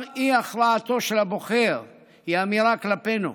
גם אי-הכרעתו של הבוחר היא אמירה כלפינו.